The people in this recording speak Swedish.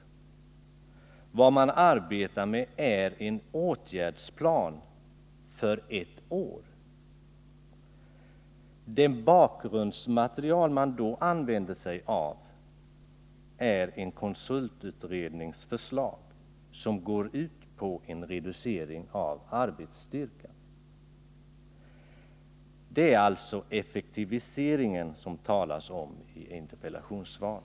Vad man arbetar med är en åtgärdsplan för ett år. Det bakgrundsmaterial man då använder är förslag från en konsultutredning. Det går ut på en reducering av arbetsstyrkan. Det är den effektivisering som det talas om i interpellationssvaret.